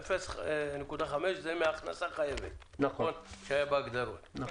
0.5% זה מהכנסה חייבת, כפי שהופיע בהגדרות.